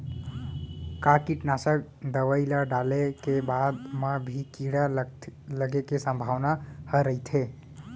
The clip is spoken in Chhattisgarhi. का कीटनाशक दवई ल डाले के बाद म भी कीड़ा लगे के संभावना ह रइथे?